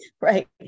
right